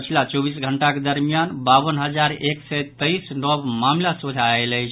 पछिला चौबीस घंटाक दरमियान बावन हजार एक सय तेईस नव मामिला सोझा आयल अछि